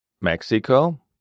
Mexico